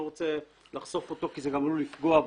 לא רוצה לחשוף אותו כי זה גם עלול לפגוע בו,